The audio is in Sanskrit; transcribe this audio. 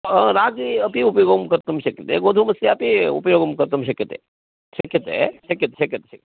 ह रागी अपि उपयोगं कर्तुं शक्यते गोधूमस्य अपि उपयोगः कर्तुं शक्यते शक्यते शक्यते शक्यते शक्यं